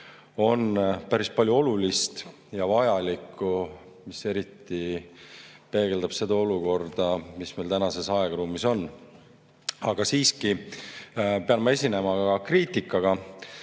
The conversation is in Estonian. on päris palju olulist ja vajalikku, mis eriti peegeldab seda olukorda, mis meil tänases aegruumis on. Aga siiski pean ma esinema ka kriitikaga.